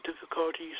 difficulties